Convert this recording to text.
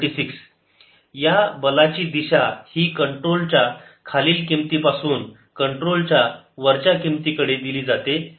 n12i183j122182×312i183j6427231i3331j या बलाची दिशा ही कंट्रोलच्या खालील किमती पासून कंट्रोल च्या वरच्या किमती कडे दिली जाते